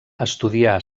estudià